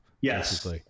Yes